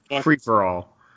free-for-all